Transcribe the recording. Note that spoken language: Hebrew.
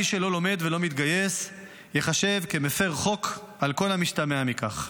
מי שלא לומד ולא מתגייס ייחשב למפר חוק על כל המשתמע מכך.